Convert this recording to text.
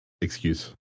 excuse